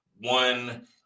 one